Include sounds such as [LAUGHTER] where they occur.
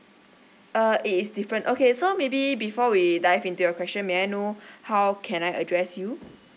uh it is different okay so maybe before we dive into your question may I know [BREATH] how can I address you